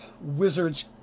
wizard's